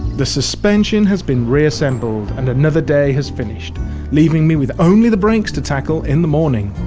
the suspension has been reassembled and another day has finished leaving me with only the brakes to tackle in the morning.